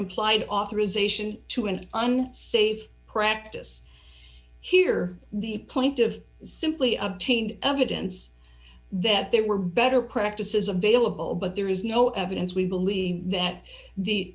implied authorization to an unsafe practice here the point of simply obtained evidence that there were better practices available but there is no evidence we believe that the